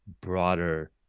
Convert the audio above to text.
broader